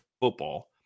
football